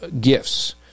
gifts